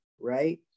right